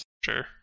sure